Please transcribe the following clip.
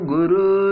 Guru